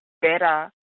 better